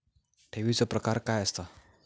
ठेवीचो प्रकार काय असा?